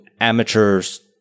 amateurs